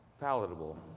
palatable